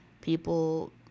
people